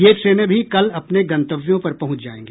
ये ट्रेनें भी कल अपने गन्तव्यों पर पहुंच जायेगी